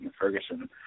Ferguson